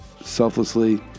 selflessly